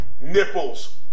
nipples